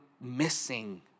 missing